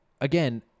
again